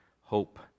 hope